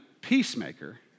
peacemaker